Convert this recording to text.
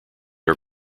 are